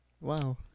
wow